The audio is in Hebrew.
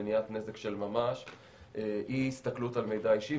מניעת נזק של ממש; אי הסתכלות על מידע אישי,